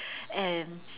and